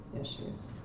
issues